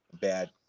Bad